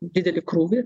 didelį krūvį